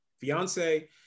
fiance